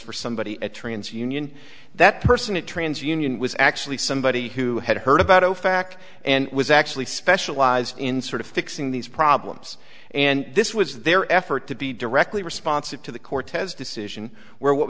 for somebody at trans union that person at trans union was actually somebody who had heard about ofac and was actually specialized in sort of fixing these problems and this was their effort to be directly responsive to the cortez decision where what